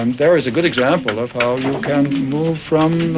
and there is a good example of how you can move from